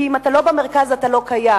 כי אם אתה לא במרכז אתה לא קיים.